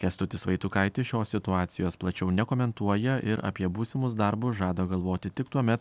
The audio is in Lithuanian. kęstutis vaitukaitis šios situacijos plačiau nekomentuoja ir apie būsimus darbus žada galvoti tik tuomet